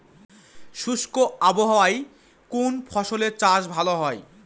শুষ্ক আবহাওয়ায় কোন ফসলের চাষ ভালো হয়?